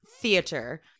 theater